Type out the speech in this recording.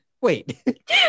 Wait